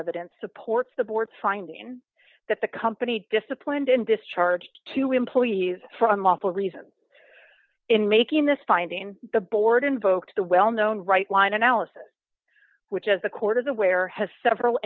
evidence supports the board's finding that the company disciplined and discharged two employees from multiple reasons in making this finding the board invoked the well known right line analysis which as the court is aware has several